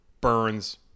Burns